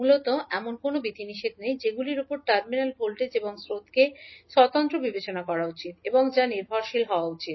মূলত এমন কোনও বিধিনিষেধ নেই যেগুলির উপর টার্মিনাল ভোল্টেজ এবং স্রোতকে স্বতন্ত্র বিবেচনা করা উচিত এবং যা নির্ভরশীল হওয়া উচিত